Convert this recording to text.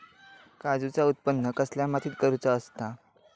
काजूचा उत्त्पन कसल्या मातीत करुचा असता?